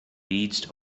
reached